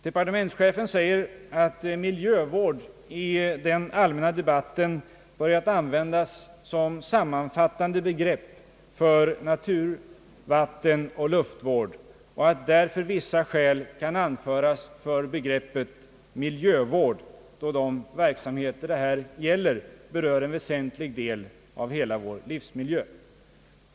Departementschefen säger, att miljövård i den allmänna debatten börjat användas som sammanfattande begrepp för natur-, vattenoch luftvård och att därför vissa skäl kan anföras för begreppet miljövård, då de verksamheter det här gäller berör en väsentlig del av hela vår livsmiljö.